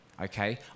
okay